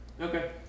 Okay